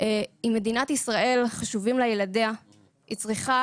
שאם מדינת ישראל, חשובים לה ילדיה, היא צריכה